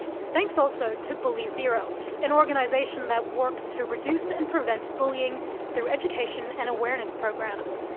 thanks also to bully zero, an organisation that works to reduce and prevent bullying through education and awareness programs.